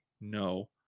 No